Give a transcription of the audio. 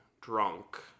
drunk